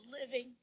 living